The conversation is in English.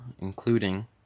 including